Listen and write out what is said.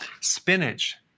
Spinach